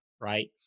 right